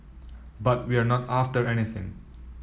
but we're not after anything